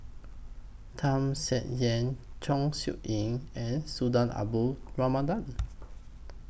Tham Sien Yen Chong Siew Ying and Sultan Abdul Rahman Done